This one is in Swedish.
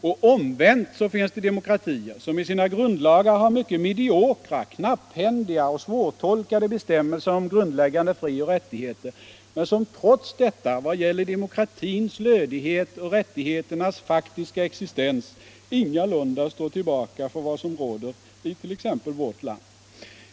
Och omvänt finns det demokratier som i sina grundlagar har mycket mediokra, knapphändiga och svårtolkade bestämmelser om grundläggande frioch rättigheter men som trots detta vad gäller demokratins lödighet och rättigheternas faktiska existens ingalunda står tillbaka för vad som råder i t.ex. vårt land.